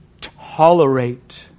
tolerate